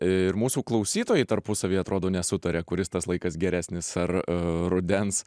ir mūsų klausytojai tarpusavyje atrodo nesutaria kuris tas laikas geresnis ar rudens